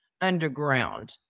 underground